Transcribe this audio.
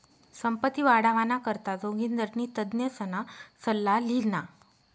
संपत्ती वाढावाना करता जोगिंदरनी तज्ञसना सल्ला ल्हिना